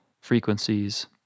frequencies